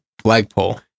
Flagpole